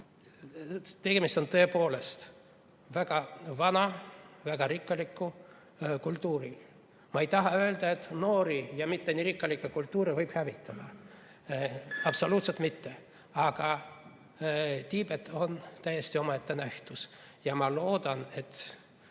Tegemist on tõepoolest väga vana, väga rikkaliku kultuuriga. Ma ei taha öelda, et noori ja mitte nii rikkalikke kultuure võib hävitada. Absoluutselt mitte! Aga Tiibet on täiesti omaette nähtus. Ma loodan, et